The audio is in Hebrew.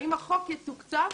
האם החוק יתוקצב?